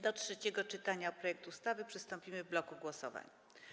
Do trzeciego czytania projektu ustawy przystąpimy w bloku głosowań.